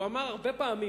הוא אמר הרבה פעמים,